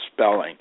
spelling